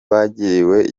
bagiriwe